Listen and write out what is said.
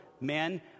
men